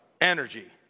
Energy